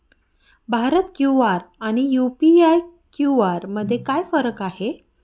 Bharat QR आणि UPI QR मध्ये काय फरक आहे?